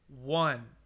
one